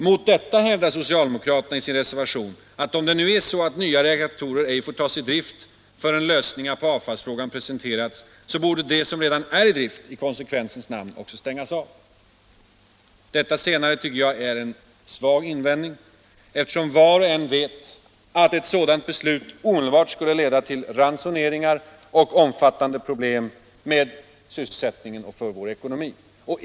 Mot detta hävdar socialdemokraterna i sin reservation att om nu nya reaktorer ej får tas i drift förrän lösningar på avfallsfrågan presenterats, så borde de som redan är i drift i konsekvensens namn också stängas av. Detta senare tycker jag är en svag invändning, eftersom var och en vet att ett sådant beslut omedelbart skulle leda till ransoneringar och omfattande problem med sysselsättningen och för vår ekonomi.